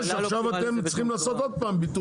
שעכשיו אתם צריכים לעשות עוד פעם ביטול.